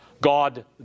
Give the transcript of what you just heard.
God